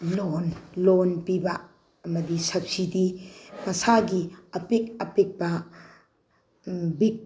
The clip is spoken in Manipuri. ꯂꯣꯟ ꯂꯣꯟ ꯄꯤꯕ ꯑꯃꯗꯤ ꯁꯞꯁꯤꯗꯤ ꯃꯁꯥꯒꯤ ꯑꯄꯤꯛ ꯑꯄꯤꯛꯄ ꯕꯤꯛ